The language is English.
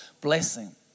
blessing